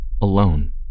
alone